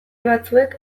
batzuek